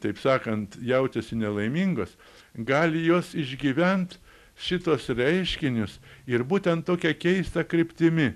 taip sakant jaučiasi nelaimingos gali jos išgyvent šituos reiškinius ir būtent tokia keista kryptimi